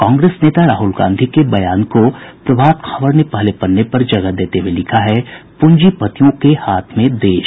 कांग्रेस नेता राहुल गांधी के बयान को प्रभात खबर ने पहले पन्ने पर जगह देते हुये लिखा है प्रंजीपतियों के हाथ में देश